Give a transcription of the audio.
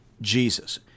Jesus